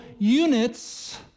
units